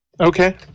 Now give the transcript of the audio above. Okay